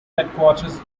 headquarters